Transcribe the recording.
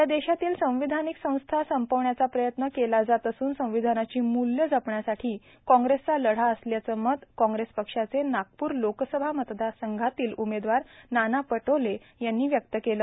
या देशातील संवैधानिक संस्था संपविण्याचा प्रयत्न केला जात असून संविधानाची मूल्य जपण्यासाठी काँग्रेसचा लढा असल्याचं मत कॉग्रेस पक्षाचे नागपूर लोकसभा मतदार संधातील उमेदवार नाना पटोले यांनी व्यक्त केलं